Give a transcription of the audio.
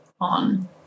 on